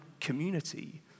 community